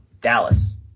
Dallas